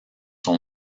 son